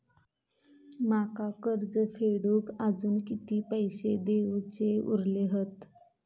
माका कर्ज फेडूक आजुन किती पैशे देऊचे उरले हत?